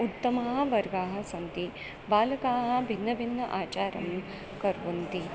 उत्तमाः वर्गाः सन्ति बालकाः भिन्नभिन्न आचारं कर्वन्ति